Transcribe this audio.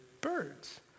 birds